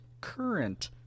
current